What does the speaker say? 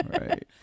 Right